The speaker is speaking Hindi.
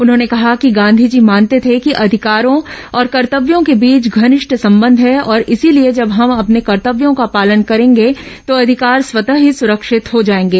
उन्होंने कहा कि गांधी जी मानते थे कि अधिकारों और कर्तव्यों के बीच घनिष्ठ संबंध हैं और इसलिए जब हम अपने कर्तव्यों का पालन करेंगे तो अधिकार स्वतः ही सुरक्षित हो जाएंगे